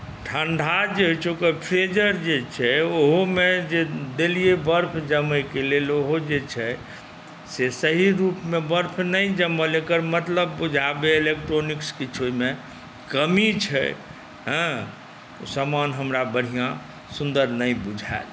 ठण्डा जे होइत छै ओकर फ्रीजर जे छै ओहोमे जे देलियै बर्फ जमयके लेल ओहो जे छै से सही रूपमे बर्फ नहि जमल एकर मतलब बुझा भेल इलेक्ट्रॉनिक्स किछोमे कमी छै हँ सामान हमरा बढ़िआँ सुन्दर नहि बुझाएल